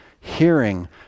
Hearing